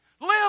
Live